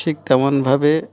ঠিক তেমনভাবে